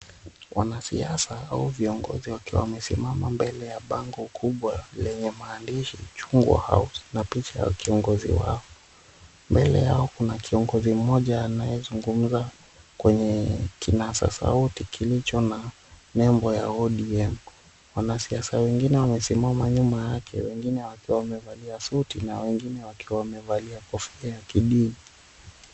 Wanasiasa au viongozi wakiwa wamesimama mbele ya bango kubwa lenye maandishi chungwa house na picha kiongozi wao. Mbele yao kuna kiongozi mmoja anayezungumza kwenye kinasa sauti kilicho na nembo ya ODM. Wanasiasa wengine wamesimama nyuma yake, wengine wakiwa wamevalia suti na wengine wakiwa wamevalia kofia ya kidini.